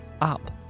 up